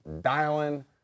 dialing